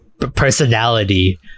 personality